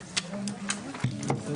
16:01.